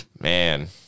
Man